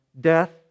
death